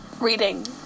Reading